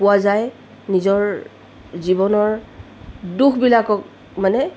পোৱা যায় নিজৰ জীৱনৰ দুখবিলাকক মানে